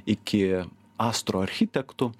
iki astroarchitektų